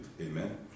Amen